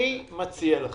אני מציע לכם,